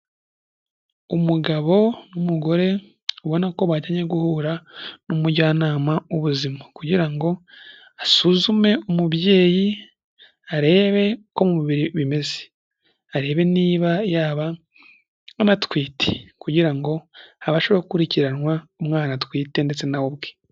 Umugabo n'umugore ubona ko bagiye guhura n'umujyanama w'ubuzima kugira ngo basuzume umubyeyi barebe uko umubiri bimeze, arebe niba yaba anatwite kugira ngo abashe gukurikirana umwana atwite ndetse na we ubwe.